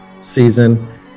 season